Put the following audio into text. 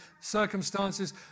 circumstances